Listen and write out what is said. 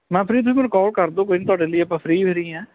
ਮਨਪ੍ਰੀਤ ਕੋਲ ਕਰ ਦਿਓ ਕੋਈ ਨਹੀਂ ਤੁਹਾਡੇ ਲਈ ਆਪਾਂ ਫਰੀ ਫਰੀ ਆਂ